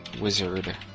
wizard